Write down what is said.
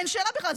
אין שאלה בכלל.